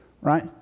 Right